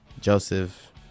Joseph